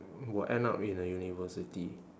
will end up in a university